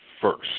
first